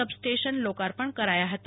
substation લોકાર્પણ કરાયા છે